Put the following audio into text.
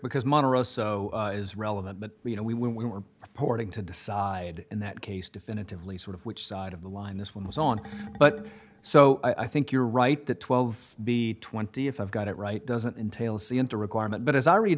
because money is relevant but you know we when we were reporting to decide in that case definitively sort of which side of the line this one was on but so i think you're right that twelve b twenty if i've got it right doesn't entail a c into requirement but as i read